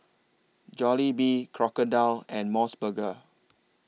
Jollibee Crocodile and Mos Burger